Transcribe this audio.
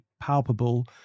palpable